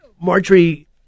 Marjorie